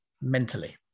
mentally